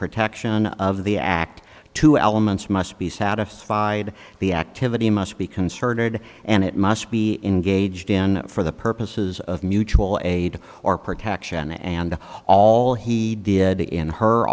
protection of the act two elements must be satisfied the activity must be concerted and it must be engaged in for the purposes of mutual aid or protection and all he did in her